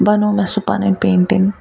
بنوٚو مےٚ سُہ پَنٕنۍ پینٛٹِنٛگ